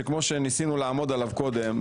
שכמו שניסינו לעמוד עליו קודם,